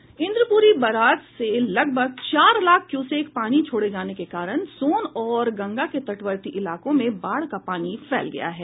Indrapuri barrage से लगभग चार लाख क्यूसेक पानी छोड़े जाने के कारण सोन और गंगा के तटवर्ती इलाकों में बाढ़ का पानी फैल गया है